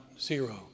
zero